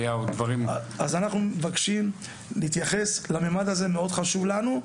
אז אנחנו מבקשים להתייחס לממד הזה מאוד חשוב לנו,